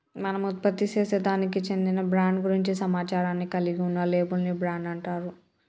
మనం ఉత్పత్తిసేసే దానికి చెందిన బ్రాండ్ గురించి సమాచారాన్ని కలిగి ఉన్న లేబుల్ ని బ్రాండ్ అంటారు